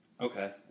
Okay